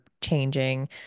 changing